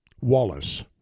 Wallace